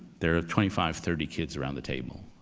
there are twenty five, thirty kids around the table.